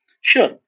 Sure